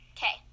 Okay